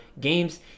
games